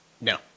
No